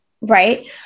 Right